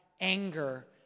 anger